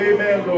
Amen